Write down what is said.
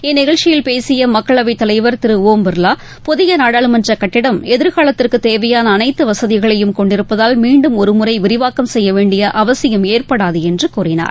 இந்நிகழ்ச்சியில் பேசியமக்களவைத் தலைவர் திருஒம் பிர்லா புதியநாடாளுமன்றகட்டிடம் எதிர்காலத்திற்குதேவையானஅனைத்துவசதிகளையும் ஒருமுறைவிரிவாக்கம் செய்யவேண்டியஅவசியம் ஏற்படாதுஎன்றும் கூறினார்